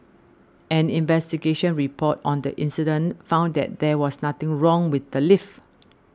an investigation report on the incident found that there was nothing wrong with the lift